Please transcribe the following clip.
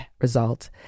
result